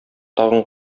тагын